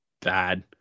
bad